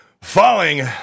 Falling